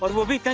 but will be